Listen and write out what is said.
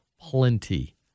plenty